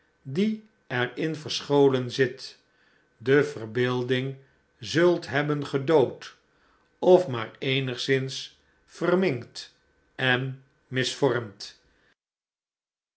die er in verscholen zit de verbeelding zult hebben gedood of maar eenigszins verminkt en misvormd